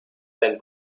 ein